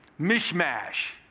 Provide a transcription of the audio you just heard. mishmash